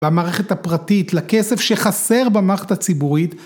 במערכת הפרטית לכסף שחסר במערכת הציבורית